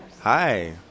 Hi